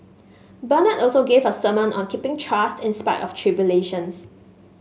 bernard also gave a sermon on keeping trust in spite of tribulations